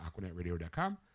AquanetRadio.com